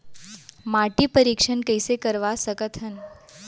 माटी परीक्षण कइसे करवा सकत हन?